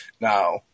Now